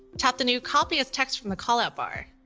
tap the new copy as text from the callout bar,